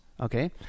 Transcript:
okay